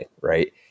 right